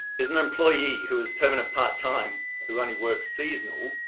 is an employee who is permanent part-time who only work seasonal,